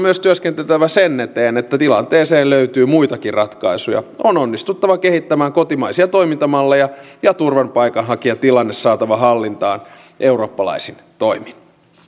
myös työskenneltävä sen eteen että tilanteeseen löytyy muitakin ratkaisuja on onnistuttava kehittämään kotimaisia toimintamalleja ja turvapaikanhakijatilanne saatava hallintaan eurooppalaisin toimin